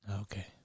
Okay